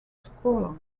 scholar